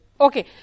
Okay